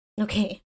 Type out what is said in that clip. Okay